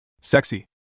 Sexy